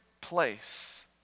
place